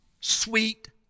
sweet